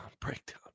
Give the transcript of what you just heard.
breakdown